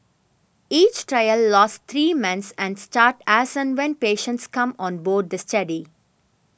each trial lasts three months and start as and when patients come on board the study